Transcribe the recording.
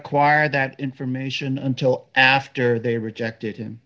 acquire that information until after they rejected